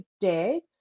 today